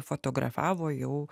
fotografavo jau